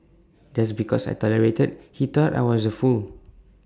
just because I tolerated he thought I was A fool